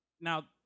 now